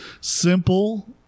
simple